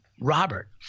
Robert